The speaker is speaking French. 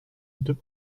deux